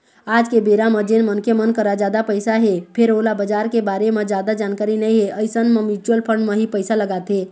आज के बेरा म जेन मनखे मन करा जादा पइसा हे फेर ओला बजार के बारे म जादा जानकारी नइ हे अइसन मन म्युचुअल फंड म ही पइसा लगाथे